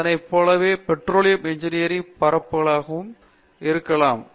இதனை போலவே பெட்ரோலிய இன்ஜினியரில் பரப்பளவுக்குள்ளாகவும் இருக்கலாம்